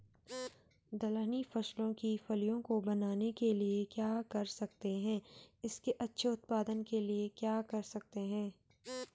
दलहनी फसलों की फलियों को बनने के लिए क्या कर सकते हैं इसके अच्छे उत्पादन के लिए क्या कर सकते हैं?